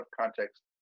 context